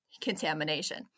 contamination